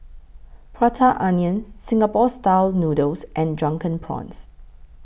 Prata Onion Singapore Style Noodles and Drunken Prawns